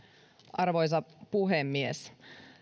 arvoisa puhemies